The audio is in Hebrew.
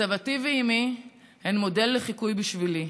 סבתי ואימי הן מודל לחיקוי בשבילי.